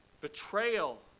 Betrayal